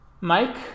Mike